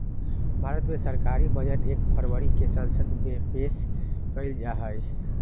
भारत मे सरकारी बजट एक फरवरी के संसद मे पेश कइल जाहई